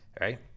right